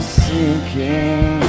sinking